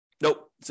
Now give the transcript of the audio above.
Nope